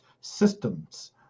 systems